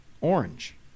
orange